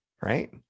right